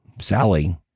Sally